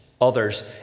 others